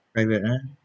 like that ah